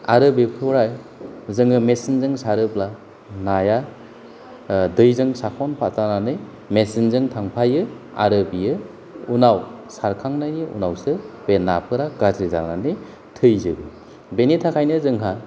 आरो बेफोराव जोङो मेचिनजों सारोब्ला नाया दैजों साखनफाजानानै मेचिनजों थांफायो आरो बेयो उनाव सारखांनायनि उनावसो बे नाफोरा गाज्रि जानानै थैजोबो बेनिथाखायनो जोंहा